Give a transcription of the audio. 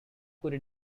could